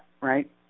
right